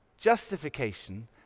justification